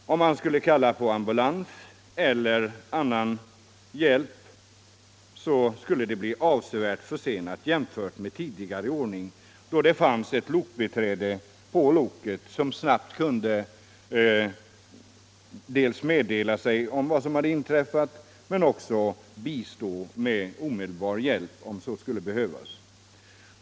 Skulle ambulans eller hjälp tillkallas, skulle den bli avsevärt försenad jämfört med möjligheten till undsättning vid tidigare ordning, då det fanns eu lokbiträde med på loket som snabbt kunde dels ta reda på vad som hade inträffat. dels bistå med omedelbar hjälp. om så skulle behövas.